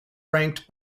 ranked